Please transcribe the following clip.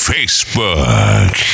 Facebook